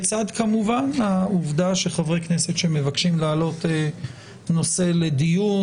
בצד כמובן העובדה שחברי כנסת שמבקשים לעלות נושא לדיון,